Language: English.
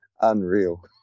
unreal